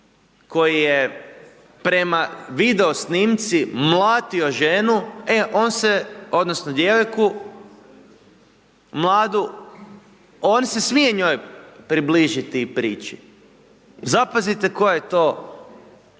koji je prema video snimci mlatio ženu, on se odnosno djevojku mladu, on se smije njoj približiti i prići. Zapazite koja je to